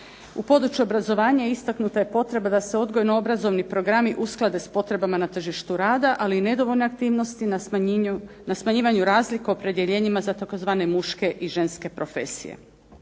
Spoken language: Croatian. U području obrazovanja istaknuta je potreba da se odgojno-obrazovni programi usklade s potrebama na tržištu rada, ali nedovoljne aktivnosti na smanjivanju razlika opredjeljivanjima za tzv. muške i ženske profesije.